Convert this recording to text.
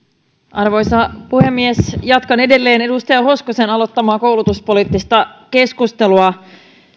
arvoisa puhemies jatkan edelleen edustaja hoskosen aloittamaa koulutuspoliittista keskustelua